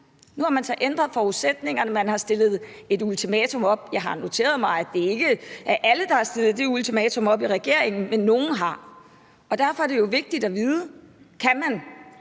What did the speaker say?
Nu har man så ændret forudsætningerne, og man har stillet et ultimatum op. Jeg har noteret mig, at det ikke er alle, der har stillet det ultimatum op i regeringen, men nogle har. Derfor er det jo vigtigt at vide, om man